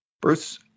Bruce